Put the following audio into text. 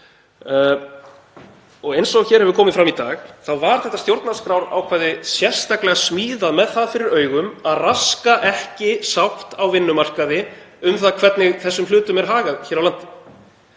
af. Eins og hér hefur komið fram í dag var þetta stjórnarskrárákvæði sérstaklega smíðað með það fyrir augum að raska ekki sátt á vinnumarkaði um það hvernig þessum hlutum er hagað hér á landi.